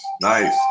Nice